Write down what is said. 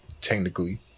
technically